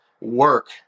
work